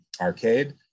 arcade